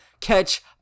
catch